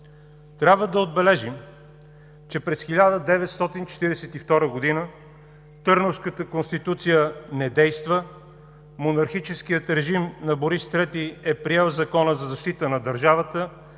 Трябва да отбележим, че през 1942 г. Търновската конституция не действа, монархическият режим на Борис III е приел Закона за защита на държавата,